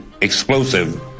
explosive